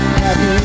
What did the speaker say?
happy